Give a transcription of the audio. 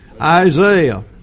Isaiah